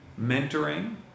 mentoring